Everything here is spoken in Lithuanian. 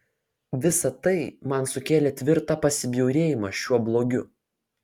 visa tai man sukėlė tvirtą pasibjaurėjimą šiuo blogiu